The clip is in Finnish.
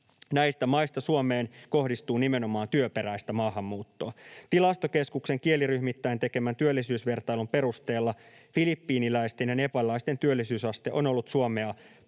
Näistä maista Suomeen kohdistuu nimenomaan työperäistä maahanmuuttoa. Tilastokeskuksen kieliryhmittäin tekemän työllisyysvertailun perusteella filippiiniläisten ja nepalilaisten työllisyysaste on ollut suomea